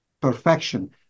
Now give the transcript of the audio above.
perfection